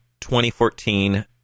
2014